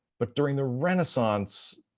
but during the renaissance,